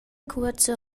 cuoza